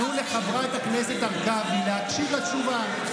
תנו לחברת הכנסת הרכבי להקשיב לתשובה,